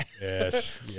Yes